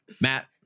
matt